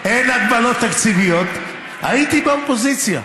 בוא לאופוזיציה.